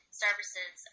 services